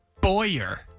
Boyer